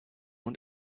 und